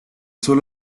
sol